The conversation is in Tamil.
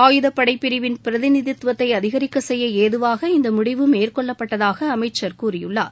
ஆயுதப் படை பிரிவின் பிரதிநிதித்துவத்தை அதிகரிக்க செய்ய ஏதுவாக இந்த மேற்கொள்ளப்பட்டதாக அமைச்சர் கூறினார்